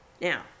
now